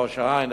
ראש-העין,